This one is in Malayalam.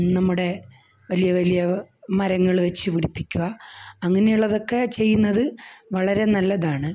നമ്മുടെ വലിയ വലിയ മരങ്ങള് വച്ചുപിടിപ്പിക്കുക അങ്ങനെയുള്ളതൊക്കെ ചെയ്യുന്നത് വളരെ നല്ലതാണ്